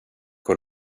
och